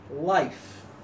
life